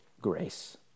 grace